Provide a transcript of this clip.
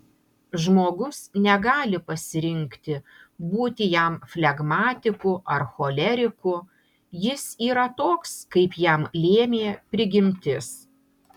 žmogus negali pasirinkti būti jam flegmatiku ar choleriku jis yra toks kaip jam lėmė prigimtis